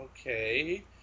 okay